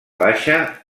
baixa